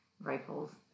rifles